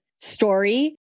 story